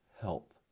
help